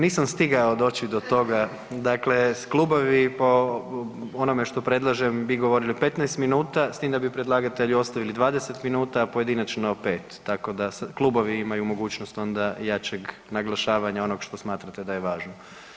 Nisam stigao doći do toga, dakle klubovi po onome što predlažem bi govorili 15 minuta, s tim da bi predlagatelju ostavili 20 minuta, pojedinačno 5. Tako da sad klubovi imaju mogućnost onda jačeg naglašavanja onog što smatrate da je važno.